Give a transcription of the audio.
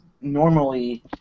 normally